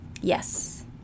Yes